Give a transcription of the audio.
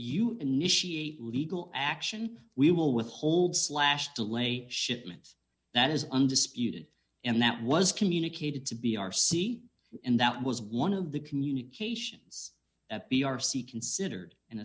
you initiate legal action we will withhold slash delay shipments that is undisputed and that was communicated to be our seat and that was one of the communications at b r c considered in